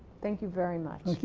thank you very much.